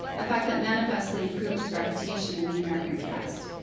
a fact that manifestly improved his reputation in the american press.